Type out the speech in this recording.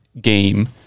game